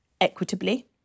equitably